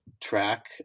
track